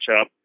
up